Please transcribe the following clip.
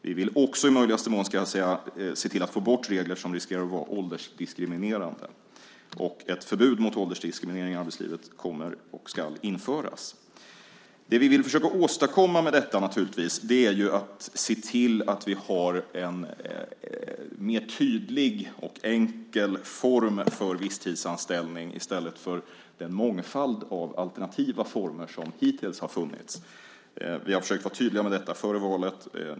Vi vill också, i möjligaste mån, ska jag säga, se till att få bort regler som riskerar att vara åldersdiskriminerande. Ett förbud mot åldersdiskriminering i arbetslivet kommer och ska införas. Det vi vill försöka åstadkomma med detta är naturligtvis att se till att vi har en mer tydlig och enkel form för visstidsanställning i stället för en mångfald av alternativa former som hittills har funnits. Vi har försökt vara tydliga med detta före valet.